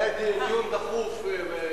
היה דיון דחוף.